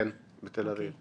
כן, בתל אביב.